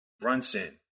Brunson